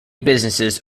businesses